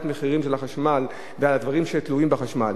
מחירים של החשמל והדברים שתלויים בחשמל,